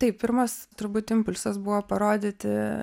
taip pirmas turbūt impulsas buvo parodyti